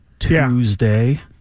Tuesday